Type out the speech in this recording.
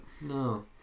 No